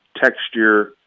texture